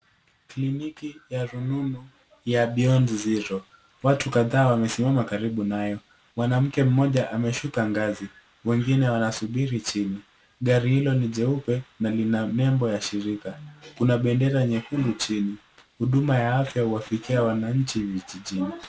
Kliniki ya rununu ya Beyond zero , watu kadhaa wamesimama karibu nayo, mwanamke mmoja ameshuka ngazi, wengine wanasubiri chini. Gari hilo ni jeupe, na lina nembo ya shirika, kuna bendera nyekundu chini, huduma ya afya huwafikia wananchi vijijini.